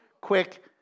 quick